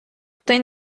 той